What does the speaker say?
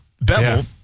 Bevel